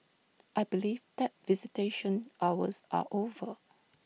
I believe that visitation hours are over